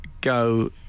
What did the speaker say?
go